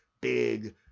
big